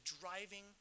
driving